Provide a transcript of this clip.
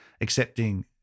accepting